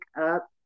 up